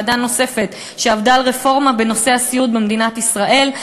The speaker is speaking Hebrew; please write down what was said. ועדה נוספת שעבדה על רפורמה בנושא הסיעוד במדינת ישראל,